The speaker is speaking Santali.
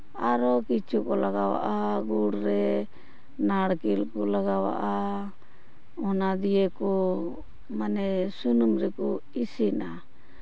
ᱟᱨᱚ ᱠᱤᱪᱷᱩ ᱠᱚ ᱞᱟᱜᱟᱣᱟᱜᱼᱟ ᱜᱩᱲ ᱨᱮ ᱱᱟᱲᱠᱮᱞ ᱠᱚ ᱞᱟᱜᱟᱣᱟᱜᱼᱟ ᱚᱱᱟ ᱫᱤᱭᱮ ᱠᱚ ᱢᱟᱱᱮ ᱥᱩᱱᱩᱢ ᱨᱮᱠᱚ ᱤᱥᱤᱱᱟ